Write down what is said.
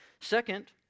Second